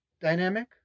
dynamic